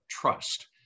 trust